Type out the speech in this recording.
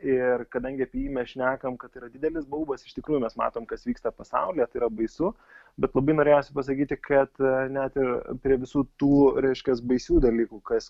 ir kadangi apie jį mes šnekam kad yra didelis baubas iš tikrųjų mes matom kas vyksta pasaulyje tai yra baisu bet labai norėjosi pasakyti kad net ir prie visų tų reiškias baisių dalykų kas